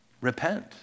Repent